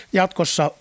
jatkossa